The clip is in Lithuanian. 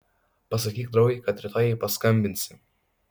pasakyk draugei kad rytoj jai paskambinsi